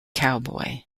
cowboy